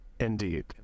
Indeed